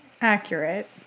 accurate